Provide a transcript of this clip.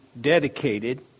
dedicated